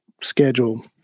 schedule